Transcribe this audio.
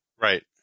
right